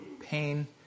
pain